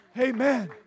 Amen